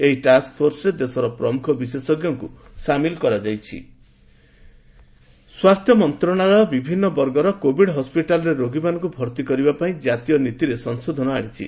ଏହି ଟାସ୍କ ଫୋର୍ସରେ ଦେଶର ପ୍ରମୁଖ ବିଶେଷ ହେଲ୍ଥ ମିନିଷ୍ଟ୍ରି କୋବିଡ୍ ପଲିସି ସ୍ୱାସ୍ଥ୍ୟ ମନ୍ତ୍ରଣାଳୟ ବିଭିନ୍ନ ବର୍ଗର କୋବିଡ୍ ହସ୍କିଟାଲ୍ରେ ରୋଗୀମାନଙ୍କୁ ଭର୍ତ୍ତି କରିବା ପାଇଁ ଜାତୀୟ ନୀତିରେ ସଂଶୋଧନ ଆଶିଛି